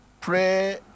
Pray